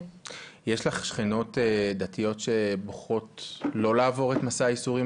יש לך שכנות דתיות שבוחרות לא לעבור את מסע הייסורים